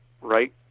right